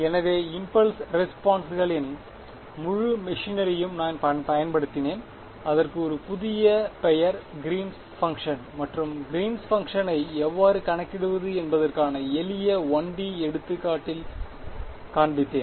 எனவே இம்பல்ஸ் ரெஸ்பென்ஸ்களின் முழு மெஷினரியையும் நான் பயன்படுத்தினேன் அதற்கு ஒரு புதிய பெயர் கிரீன்ஸ் பங்ஷன் மற்றும் கிரீன்ஸ் பங்க்ஷனை எவ்வாறு கணக்கிடுவது என்பதற்கான எளிய 1 D எடுத்துக்காட்டில் காண்பித்தேன்